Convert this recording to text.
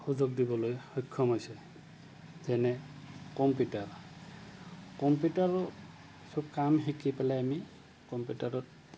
সুযোগ দিবলৈ সক্ষম হৈছে যেনে কম্পিউটাৰ কম্পিউটাৰৰ চব কাম শিকি পেলাই আমি কম্পিউটাৰত